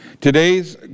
Today's